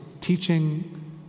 teaching